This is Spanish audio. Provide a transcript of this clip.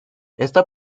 esta